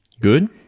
Good